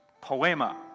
Poema